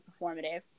performative